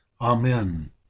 Amen